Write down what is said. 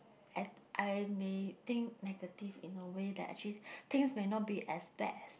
at I may think negative in a way that actually things may not be as bad as